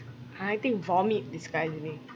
I think vomit disgusts me